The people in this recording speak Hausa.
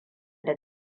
da